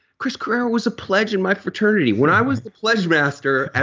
chris carrera was a pledge in my fraternity. when i was the pledge master at